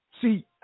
See